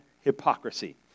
hypocrisy